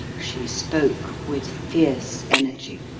she spoke with fierce energy.